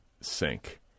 sink